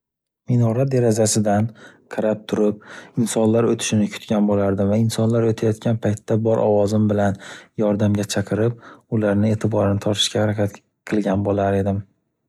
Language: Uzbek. Minora derazasidan qarab turib insonlar o’tishini kutgan bo’lardim va insonlar o’tayotgan paytda bor ovozim bilan yordamga chaqirib ularni e’tiborini tortishga haraqat qilgan bo’lar edim.